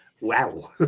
Wow